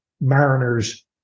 mariners